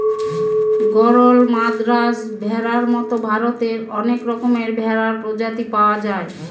গরল, মাদ্রাজ ভেড়ার মতো ভারতে অনেক রকমের ভেড়ার প্রজাতি পাওয়া যায়